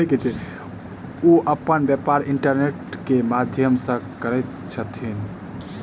ओ अपन व्यापार इंटरनेट के माध्यम से करैत छथि